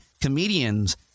comedians